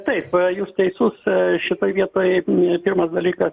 taip jūs teisus šitoj vietoj pirmas dalykas